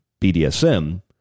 BDSM